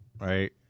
right